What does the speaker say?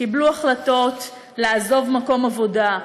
קיבלו החלטות לעזוב מקום עבודה,